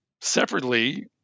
separately